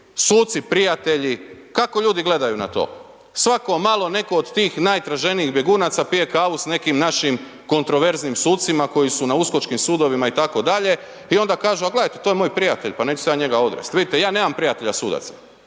suci prijatelji, kako ljudi gledaju na to? Svako malo netko od tih najtraženijih bjegunaca pije kavu sa nekim našim kontroverznim sucima koji su na uskočkim sudovima itd. a onda kažu a gledajte to je moj prijatelj, pa neću se ja njega odreći. Vidite ja nemam prijatelja sudaca,